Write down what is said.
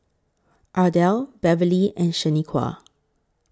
Ardelle Beverly and Shanequa